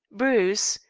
bruce,